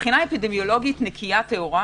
מבחינה אפידמיולוגית טהורה,